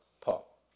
Paul